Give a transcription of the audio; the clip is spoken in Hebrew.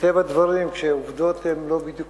ומטבע הדברים כשעובדות הן לא בדיוק